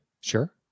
Sure